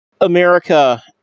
America